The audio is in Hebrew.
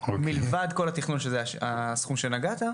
מלבד כל התכנון שזה הסכום שנגעת,